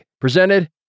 presented